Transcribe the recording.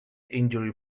injury